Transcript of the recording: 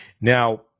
Now